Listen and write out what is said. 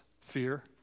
fear